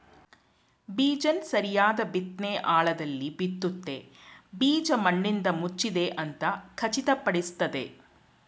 ಬೀಜನ ಸರಿಯಾದ್ ಬಿತ್ನೆ ಆಳದಲ್ಲಿ ಬಿತ್ತುತ್ತೆ ಬೀಜ ಮಣ್ಣಿಂದಮುಚ್ಚಿದೆ ಅಂತ ಖಚಿತಪಡಿಸ್ತದೆ